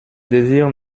désire